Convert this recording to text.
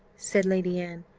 said lady anne,